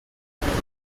produce